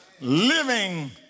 living